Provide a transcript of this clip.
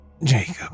Jacob